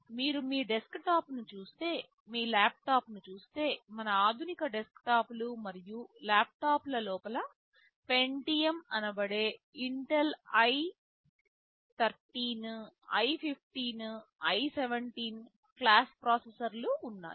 మీరు మీ డెస్క్టాప్ను చూస్తే మీ ల్యాప్టాప్ను చూస్తే మన ఆధునిక డెస్క్టాప్లు మరియు ల్యాప్టాప్ల లోపల పెంటియం అనబడే Intel i 3 i 5 i 7 class ప్రాసెసర్ల ఉన్నాయి